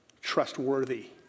trustworthy